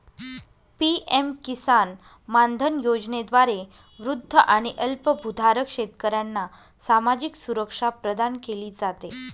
PM Kisan Maandhan योजनेद्वारे वृद्ध आणि अल्पभूधारक शेतकऱ्यांना सामाजिक सुरक्षा प्रदान केली जाते